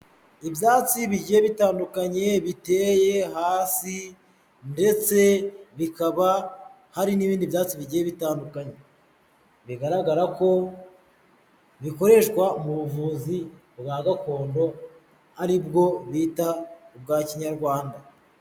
Ibyatsi bigiye bitandukanye biteye hasi ndetse bikaba hari n'ibindi byatsi bigiye bitandukanye, bigaragara ko bikoreshwa mu buvuzi bwa gakondo, ari bwo bita ubwa Kinyarwanda.